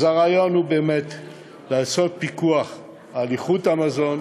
אז הרעיון הוא לעשות פיקוח על איכות המזון,